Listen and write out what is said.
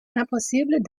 impossible